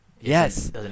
Yes